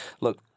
Look